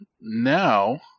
now